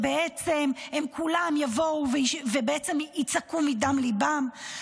בעצם הם כולם יבואו ובעצם יצעקו מדם ליבם?